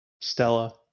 Stella